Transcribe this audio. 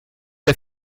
der